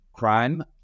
crime